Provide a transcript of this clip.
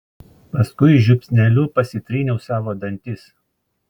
paskui žiupsneliu pasitryniau savo dantis